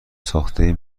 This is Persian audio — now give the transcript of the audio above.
ساخته